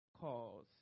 calls